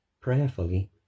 prayerfully